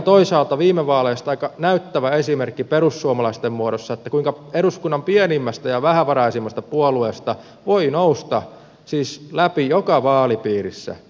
toisaalta viime vaaleista on aika näyttävä esimerkki perussuomalaisten muodossa kuinka eduskunnan pienimmästä ja vähävaraisimmasta puolueesta voi siis nousta läpi joka vaalipiirissä